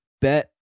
bet